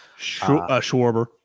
Schwarber